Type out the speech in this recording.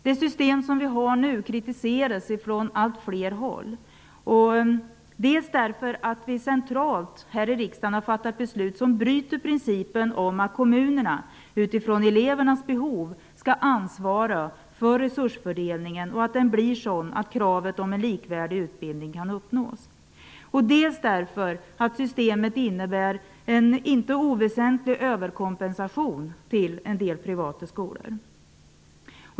Det system vi har nu kritiseras från allt fler håll, dels därför att vi centralt här i riksdagen har fattat beslut som bryter principen att kommunerna utifrån elevernas behov skall ansvara för resursfördelningen och att den blir sådan att kravet på en likvärdig utbildning kan uppnås, dels därför att systemet innebär en inte oväsentlig överkompensation till en del privata skolor.